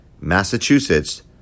Massachusetts